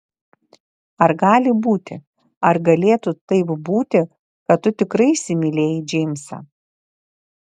ar gali būti ar galėtų taip būti kad tu tikrai įsimylėjai džeimsą